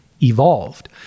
evolved